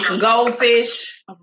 Goldfish